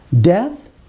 death